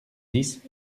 dix